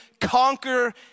conquer